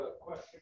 question